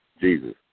Jesus